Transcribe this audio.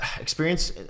experience